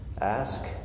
Ask